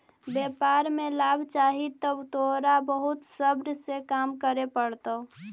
व्यापार में लाभ चाहि त तोरा बहुत सब्र से काम करे पड़तो